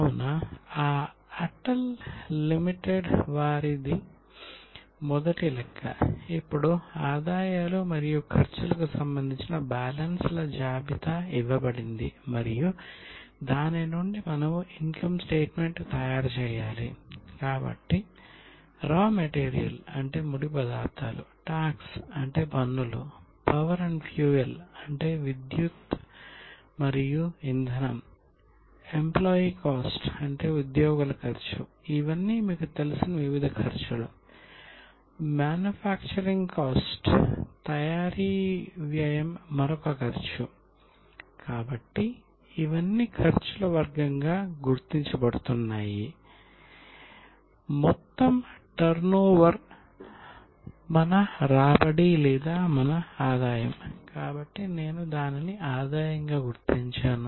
కావున ఆ అటల్ లిమిటెడ్ అంటే తరుగుదల ఖర్చులు అవుతాయి